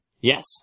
Yes